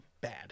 bad